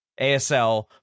ASL